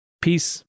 Peace